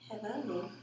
Hello